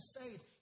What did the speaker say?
faith